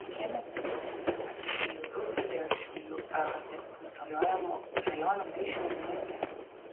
šiemet patikrinimai atlikti jau daugelyje šiaulių raad kontroliuojamų rajonų bei šiaulių mieste